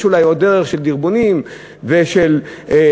יש אולי עוד דרך של דרבונים ושל ציונים